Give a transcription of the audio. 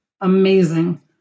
amazing